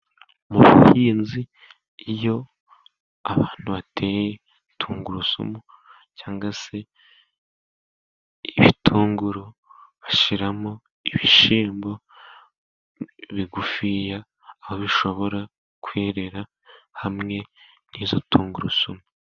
Mu buhinzi iyo abantu bateye tungurusumu cyangwa se ibitunguru, bashiramo ibishimbo bigufiya aho bishobora kwerera hamwe ntizo tungurusumu.